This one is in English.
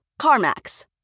CarMax